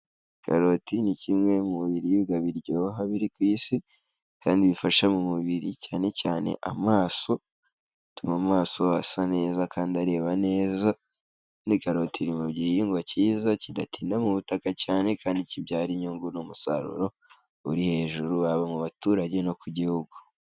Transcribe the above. Karoti ni kimwe mu biribwa biryoha biri ku Isi kandi bifasha mu mubiri cyane cyane amaso, bituma maso asa neza kandi areba neza kandi karoti mu gihingwa kiza kidatinda mu butaka cyane kandi kibyara inyungu ni umusaruro uri hejuru haba mu baturage no ku gihugu.